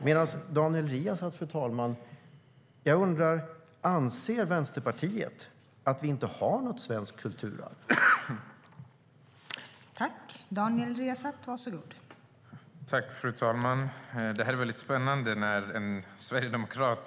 Men anser Vänsterpartiet att vi inte har något svenskt kulturarv, Daniel Riazat?